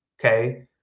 Okay